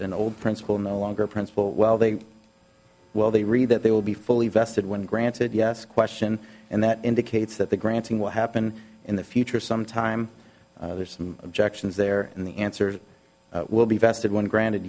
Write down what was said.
an old principal no longer principal well they well they read that they will be fully vested when granted yes question and that indicates that the granting will happen in the future some time or some objections there in the answer will be vested one granted